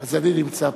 אז אני נמצא פה.